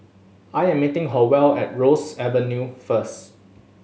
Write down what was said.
I am meeting Howell at Ross Avenue first